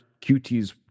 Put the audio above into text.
QT's